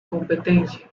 competencia